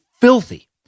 filthy